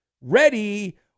ready